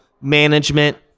management